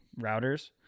routers